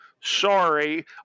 sorry